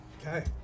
Okay